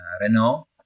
Renault